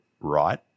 right